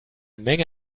menge